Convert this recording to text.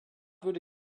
würde